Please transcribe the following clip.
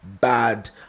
bad